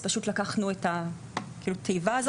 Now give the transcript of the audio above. אז פשוט לקחנו את התיבה הזאת.